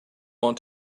want